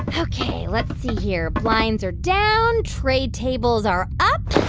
ok. let's see here. blinds are down. tray tables are up.